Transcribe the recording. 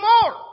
more